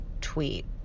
tweet